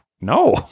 no